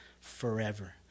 forever